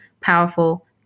powerful